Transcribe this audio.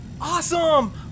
Awesome